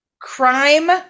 crime